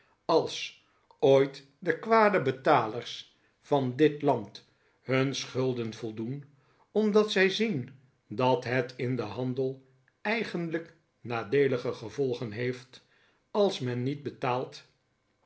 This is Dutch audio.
als ooit de kwade betalers van dit land hun schulden voldoen omdat zij zien dat het in den handel eigenlijk nadeelige gevolgen heeft als men niet betaalt